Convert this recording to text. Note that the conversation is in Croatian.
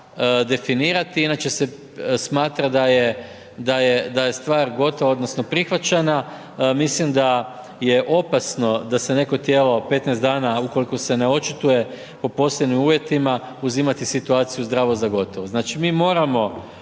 Znači mi moramo